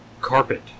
carpet